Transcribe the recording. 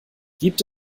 gibt